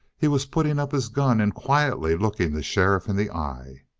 he was putting up his gun and quietly looking the sheriff in the eye!